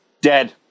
dead